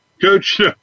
Coach